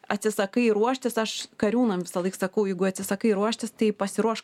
atsisakai ruoštis aš kariūnam visąlaik sakau jeigu atsisakai ruoštis tai pasiruoš